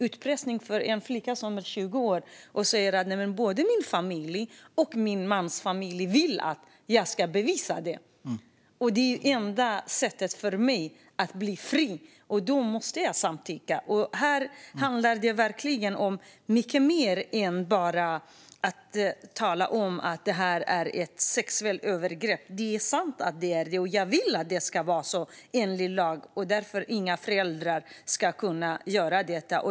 Det kan handla om en flicka som är 20 år och säger: Både min familj och min mans familj vill att jag ska ge bevis. Det är det enda sättet för mig att bli fri, och då måste jag samtycka. Här handlar det verkligen om mycket mer än att tala om att det är ett sexuellt övergrepp. Men det är sant att det är det, och jag vill att det ska vara så enligt lag, för inga föräldrar ska kunna göra detta.